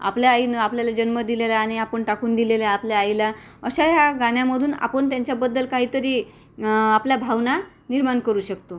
आपल्या आईनं आपल्याला जन्म दिलेला आहे आणि आपण टाकून दिलेलं आहे आपल्या आईला अशा ह्या गाण्यामधून आपण त्यांच्याबद्दल काहीतरी आपल्या भावना निर्माण करू शकतो